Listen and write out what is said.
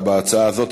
ההצעה הזאת.